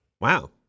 Wow